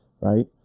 right